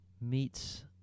meets